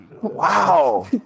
Wow